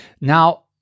Now